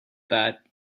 that